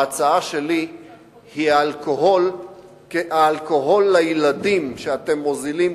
ההצעה שלי היא האלכוהול לילדים, שאתם מוזילים,